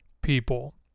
people